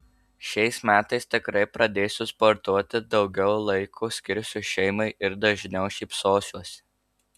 šiais metais tikrai pradėsiu sportuoti daugiau laiko skirsiu šeimai ir dažniau šypsosiuosi